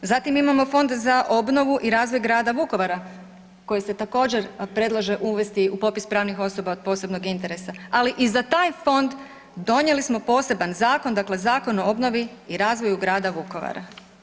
Zatim imamo Fond za obnovu i razvoj grada Vukovara koji se također predlaže uvesti u popis pravnih osoba od posebnog interesa, ali i za taj fond donijeli smo poseban zakon, dakle Zakon o obnovi i razvoju grada Vukovara.